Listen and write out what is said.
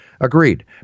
agreed